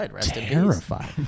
terrified